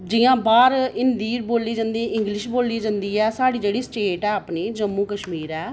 जि'यां हिंदी बोल्ली जंदी ऐ इंगलिश बोली जंदी ऐ साढ़ी जेह्ड़ी स्टेट ऐ अपनी जम्मू कशमीर ऐ